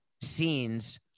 scenes